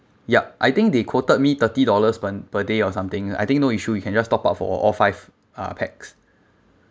ya I think they quoted me thirty dollars per per day or something I think no issue you can just top up for all five uh pax